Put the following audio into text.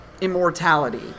immortality